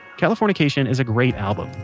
californication is a great album,